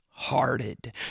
hearted